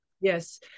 Yes